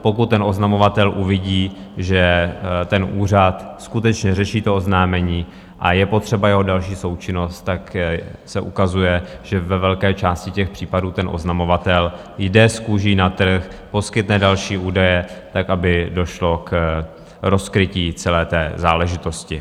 Pokud ten oznamovatel uvidí, že ten úřad skutečně řeší to oznámení a je potřeba jeho další součinnost, tak se ukazuje, že ve velké části těch případů oznamovatel jde s kůží na trh, poskytne další údaje tak, aby došlo k rozkrytí celé té záležitosti.